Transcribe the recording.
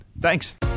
thanks